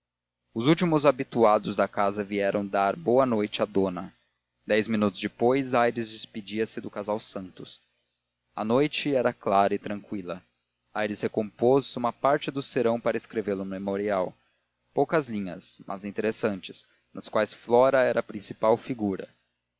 os últimos habituados da casa vieram dar boa noite à dona dez minutos depois aires despedia-se do casal santos a noite era clara e tranquila aires recompôs uma parte do serão para escrevê la no memorial poucas linhas mas interessantes nas quais flora era a principal figura